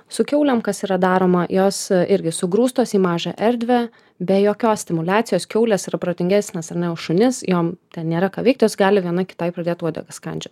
su kiaulėm kas yra daroma jos irgi sugrūstos į mažą erdvę be jokios stimuliacijos kiaulės yra protingesnės ar ne šunis jom ten nėra ką veikti jos gali viena kitai pradėt uodegas kandžiot